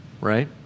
right